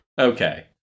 Okay